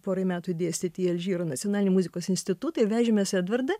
porai metų dėstyti į alžyro nacionalinį muzikos institutą vežėmės edvardą